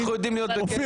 אנחנו יודעים --- אופיר,